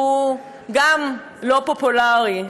שהוא לא פופולרי,